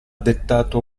dettato